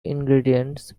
ingredients